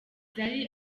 zari